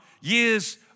years